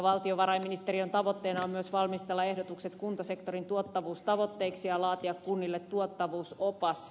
valtiovarainministeriön tavoitteena on myös valmistella ehdotukset kuntasektorin tuottavuustavoitteiksi ja laatia kunnille tuottavuusopas